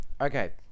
Okay